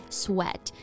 sweat